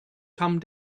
come